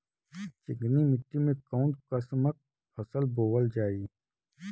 चिकनी मिट्टी में कऊन कसमक फसल बोवल जाई?